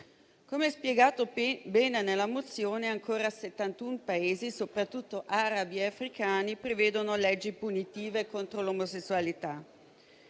Come spiegato bene nella mozione, ancora 71 Paesi, soprattutto arabi e africani, prevedono leggi punitive contro l'omosessualità.